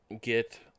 get